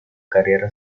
carriera